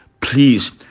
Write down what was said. please